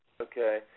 okay